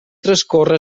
transcorre